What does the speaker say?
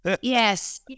yes